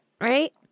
right